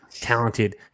talented